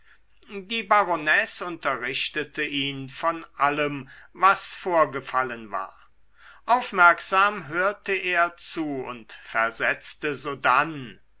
die baronesse unterrichtete ihn von allem was vorgefallen war aufmerksam hörte er zu und versetzte sodann